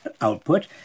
output